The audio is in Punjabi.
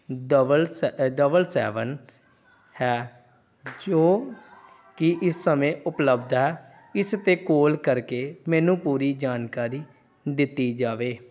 ਡਬਲ ਸੈ ਡਬਲ ਸੈਵਨ ਹੈ ਜੋ ਕਿ ਇਸ ਸਮੇਂ ਉਪਲੱਬਧ ਹੈ ਇਸ 'ਤੇ ਕੋਲ ਕਰਕੇ ਮੈਨੂੰ ਪੂਰੀ ਜਾਣਕਾਰੀ ਦਿੱਤੀ ਜਾਵੇ